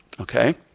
okay